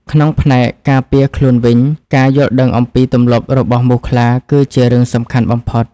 ក្នុងផ្នែកការពារខ្លួនវិញ ការយល់ដឹងអំពីទម្លាប់របស់មូសខ្លាគឺជារឿងសំខាន់បំផុត។